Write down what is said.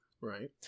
Right